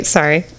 sorry